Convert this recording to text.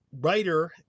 writer